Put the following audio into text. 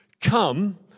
come